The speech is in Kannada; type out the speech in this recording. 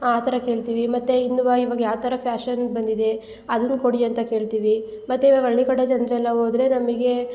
ಆ ಥರ ಕೇಳ್ತೀವಿ ಮತ್ತು ಇವಾಗ ಯಾವ ಥರ ಫ್ಯಾಶನ್ ಬಂದಿದೆ ಅದನ್ನ ಕೊಡಿ ಅಂತ ಕೇಳ್ತೀವಿ ಮತ್ತು ಏನಾರ ಹಳ್ಳಿ ಕಡೆ ಜನರೆಲ್ಲ ಹೋದ್ರೆ ನಮಗೆ